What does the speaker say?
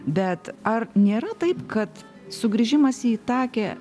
bet ar nėra taip kad sugrįžimas į itakę